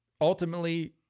ultimately